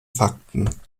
fakten